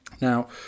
Now